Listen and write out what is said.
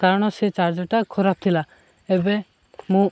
କାରଣ ସେ ଚାର୍ଜର୍ଟା ଖରାପ ଥିଲା ଏବେ ମୁଁ